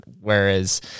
Whereas